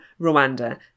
Rwanda